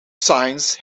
signs